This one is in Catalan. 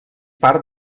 part